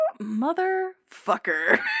motherfucker